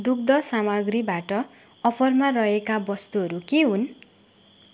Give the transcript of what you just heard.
दुग्ध सामग्रीबाट अफरमा रहेका वस्तुहरू के हुन्